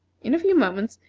in a few moments,